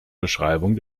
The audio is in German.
beschreibung